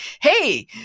hey